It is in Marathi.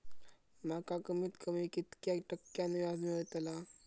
माका कमीत कमी कितक्या टक्क्यान व्याज मेलतला?